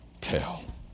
tell